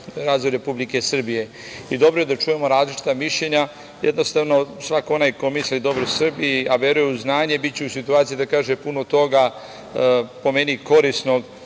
razvoj Republike Srbije. Dobro je da čujemo različita mišljenja. Jednostavno, svako onaj ko misli dobro Srbiji, a veruje u znanje, biće u situaciji da kaže puno toga, po meni, korisnog